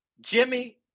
Jimmy